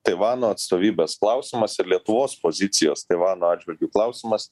taivano atstovybės klausimas ir lietuvos pozicijos taivano atžvilgiu klausimas